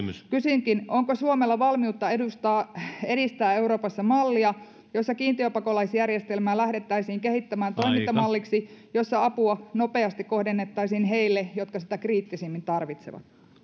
kysynkin onko suomella valmiutta edistää euroopassa mallia jossa kiintiöpakolaisjärjestelmää lähdettäisiin kehittämään toimintamalliksi jossa apua nopeasti kohdennettaisiin heille jotka sitä kriittisimmin tarvitsevat